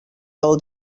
del